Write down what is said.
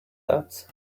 that